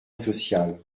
social